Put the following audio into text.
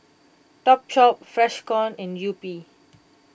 Topshop Freshkon and Yupi